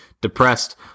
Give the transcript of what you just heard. depressed